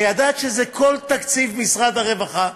וידעת שזה כל תקציב משרד הרווחה,